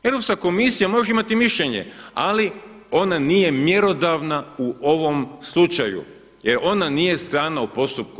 Europska komisija može imati mišljenje ali ona nije mjerodavna u ovom slučaju jer ona nije strana u postupku.